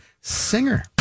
singer